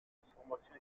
transformation